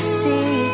see